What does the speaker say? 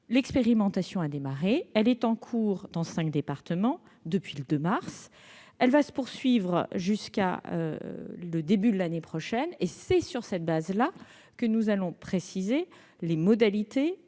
l'expérimentation a démarré, elle est en cours dans cinq départements depuis le 2 mars dernier et se poursuivra jusqu'au début de l'année prochaine. C'est sur cette base que nous préciserons les modalités